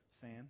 fan